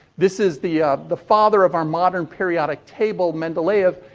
this is the the father of our modern periodic table, mendeleev.